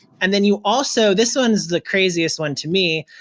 and then you also, this one's the craziest one to me,